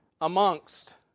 Amongst